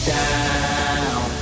down